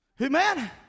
Amen